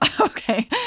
okay